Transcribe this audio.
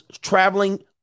traveling